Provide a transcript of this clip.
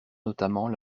notamment